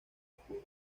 oscuro